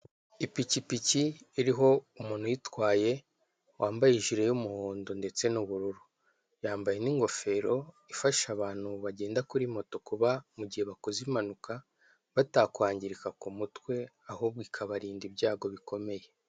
Ipikipiki iriho umuntu uyitwaye, wambaye ijire y'umuhondo ndetse n'ubururu, yambaye n'ingofero ifasha abantu bagenda kuri moto kuba mu gihe bakoze impanuka batakwangirika ku mutwe, ahubwo ikabarinda ibyago bikomeye.